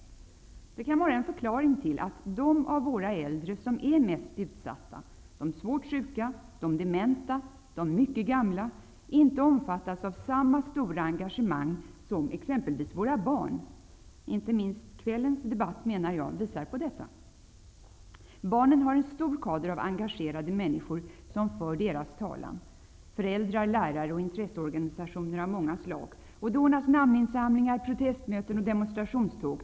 Detta kan vara en förklaring till att de av våra äldre som är mest utsatta -- de svårt sjuka, de dementa, de mycket gamla -- inte omfattas av samma stora engagemang som exempelvis våra barn. Jag menar att inte minst kvällens debatt visar på detta. Barnen har en en stor kader av engagerade människor som för deras talan -- föräldrar, lärare och intresseorganisationer av många slag. Det ordnas namninsamlingar, protestmöten och demonstrationståg.